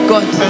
God